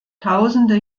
tausende